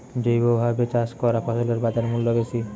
জৈবভাবে চাষ করা ফসলের বাজারমূল্য বেশি